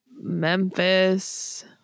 Memphis